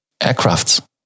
aircrafts